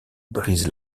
brise